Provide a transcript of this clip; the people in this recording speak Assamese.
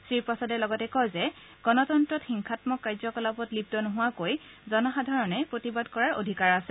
শ্ৰী প্ৰসাদে লগতে কয় যে গণতন্ত্ৰত হিংসাম্মক কাৰ্য কলাপত লিপ্ত নোহোৱাকৈয়ে জনসাধাৰণে প্ৰতিবাদ কৰাৰ অধিকাৰ আছে